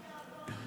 אדוני היושב-ראש,